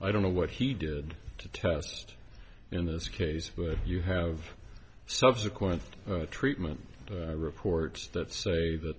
i don't know what he did to test in this case but if you have subsequent treatment reports that say that